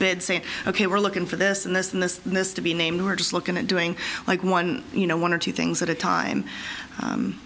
bed say ok we're looking for this and this and this and this to be named we're just looking at doing like one you know one or two things at a time